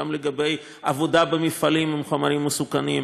גם לעבודה במפעלים עם חומרים מסוכנים,